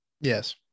Yes